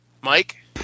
Mike